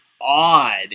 odd